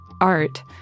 art